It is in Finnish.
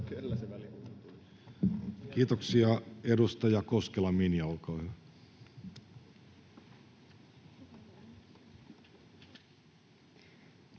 Kiitoksia! — Edustaja Keskisarja, olkaa hyvä.